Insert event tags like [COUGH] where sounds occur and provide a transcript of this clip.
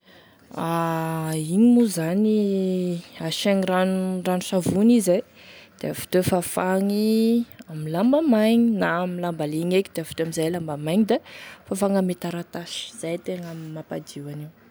[HESITATION] Igny moa zany asiagny rano ranosavony izy e, da avy teo fafagny ame lamba maigny na amy lamba legny eky da avy teo amzay lamba maigny da fafagny ame taratasy, izay e tena mampadio an'io.